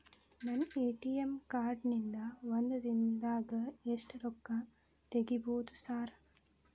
ನನ್ನ ATM card ನಿಂದಾ ಒಂದ್ ದಿಂದಾಗ ಎಷ್ಟ ರೊಕ್ಕಾ ತೆಗಿಬೋದು ಸಾರ್?